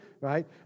right